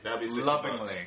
lovingly